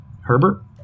Herbert